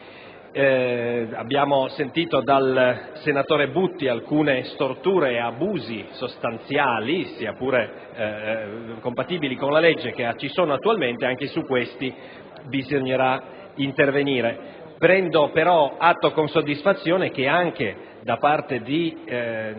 Abbiamo ascoltato dal senatore Butti di alcune storture e abusi sostanziali, sia pure compatibili con la legge, che ci sono attualmente: anche su questi bisognerà intervenire. Prendo però atto con soddisfazione che, anche da parte di senatori